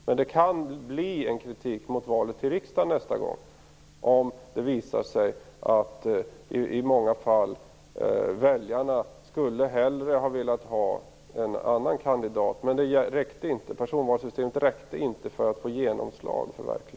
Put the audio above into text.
Men det kan komma kritik mot bestämmelserna för riksdagsvalet om det vid nästa val visar sig att väljarna skulle ha velat ha en annan kandidat än partiet, och att reglerna i personvalssystemet inte räckte för att verkligheten skulle få genomslag.